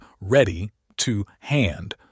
ready-to-hand